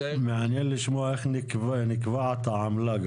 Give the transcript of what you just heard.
מעניין לשמוע איך נקבעת העמלה.